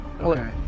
Okay